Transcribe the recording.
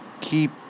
keep